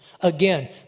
Again